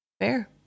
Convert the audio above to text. Fair